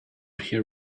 here